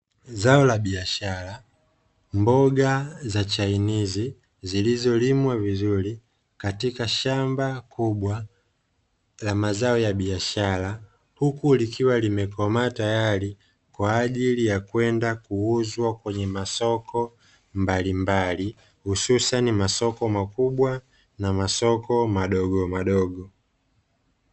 Zao la biashara mboga za chainizi zilizolimwa vizuri katika shamba kubwa la mazao ya biashara, huku likiwa limekomaa tayari kwa ajili ya kwenda kuuzwa kwenye masoko mbalimbali, hususani masoko makubwa na masoko madogomadogo.